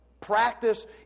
practice